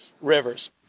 rivers